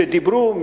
שדיברו,